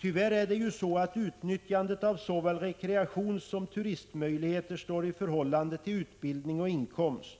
Tyvärr är det ju så att utnyttjandet av såväl rekreationssom turistmöjligheter står i förhållande till utbildning och inkomst.